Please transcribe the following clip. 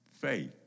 faith